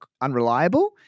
unreliable